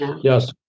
yes